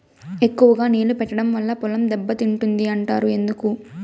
ఎక్కువగా నీళ్లు పెట్టడం వల్ల పొలం దెబ్బతింటుంది అంటారు ఎందుకు?